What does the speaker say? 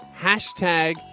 Hashtag